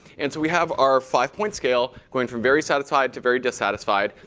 and so we have our five point scale going from very satisfied to very dissatisfied.